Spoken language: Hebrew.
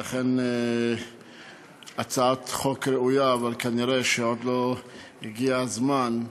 אכן הצעת חוק ראויה, אבל נראה שעוד לא הגיע הזמן.